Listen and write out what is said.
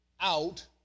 out